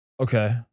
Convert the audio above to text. Okay